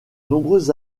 nombreuses